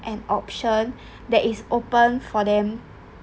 an option that is open for them